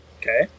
Okay